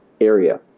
area